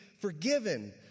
forgiven